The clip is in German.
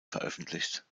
veröffentlicht